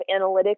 analytics